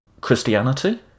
Christianity